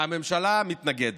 הממשלה מתנגדת.